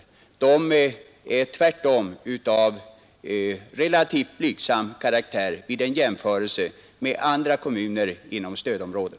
De har tvärtom en rätt blygsam karaktär vid en jämförelse med andra kommuner inom stödområdet.